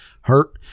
hurt –